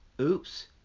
Oops